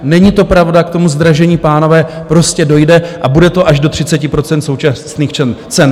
Není to pravda, k tomu zdražení, pánové, prostě dojde a bude to až do 30 % současných cen.